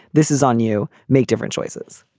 this is on you make different choices